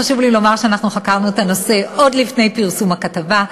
חשוב לי לומר שאנחנו חקרנו את הנושא עוד לפני פרסום הכתבה,